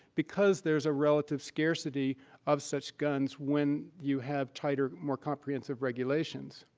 because there's a relative scarcity of such guns when you have tighter, more comprehensive regulations.